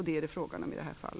Det är det frågan om i detta fall.